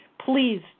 Please